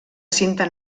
cinta